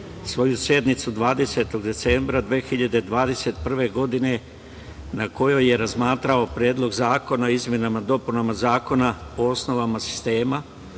svoju sednicu 20. decembra 2021. godine, na kojoj je razmatrao Predlog zakona o izmenama i dopunama Zakona o osnovama sistema